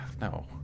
no